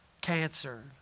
Cancer